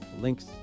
links